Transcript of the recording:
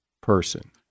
person